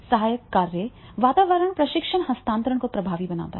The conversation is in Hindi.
सहायक कार्य वातावरण प्रशिक्षण हस्तांतरण को प्रभावी बनाता है